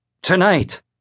Tonight